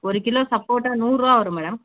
ஒரு கிலோ சப்போட்டா நூறுபா வரும் மேடம்